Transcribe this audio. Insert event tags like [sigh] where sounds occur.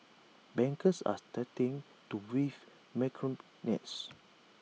bankers are starting to weave macrame [noise] nets